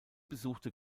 besuchte